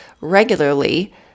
regularly